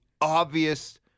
obvious